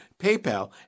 PayPal